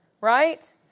right